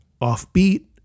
offbeat